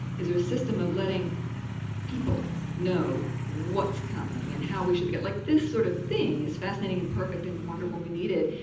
is there a system of letting people know what's coming and how we should get like this sort of thing is fascinating and perfect and wonderful. we need it.